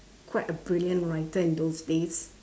quite a brilliant writer in those days